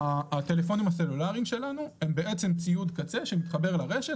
הטלפונים הסלולריים שלנו הם ציוד קצה שמתחבר לרשת.